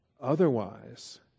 Otherwise